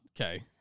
okay